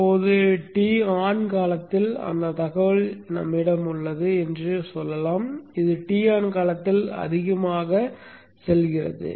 இப்போது Ton காலத்தில் அந்தத் தகவல் எங்களிடம் உள்ளது என்று சொல்லலாம் இது Ton காலத்தில் அதிகமாக செல்கிறது